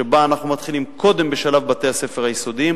שבה אנחנו מתחילים קודם בשלב בתי-הספר היסודיים.